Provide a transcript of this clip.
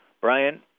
Brian